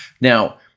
Now